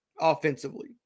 offensively